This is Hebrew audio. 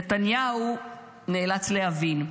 נתניהו נאלץ להבין.